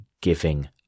giving